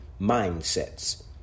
mindsets